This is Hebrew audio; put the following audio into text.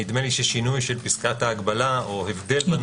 נדמה לי ששינוי של פסקת ההגבלה או הבדל בנוסח